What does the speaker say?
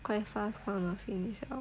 quite fast gonna finish liao